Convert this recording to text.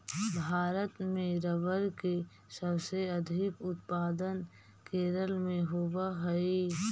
भारत में रबर के सबसे अधिक उत्पादन केरल में होवऽ हइ